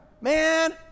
man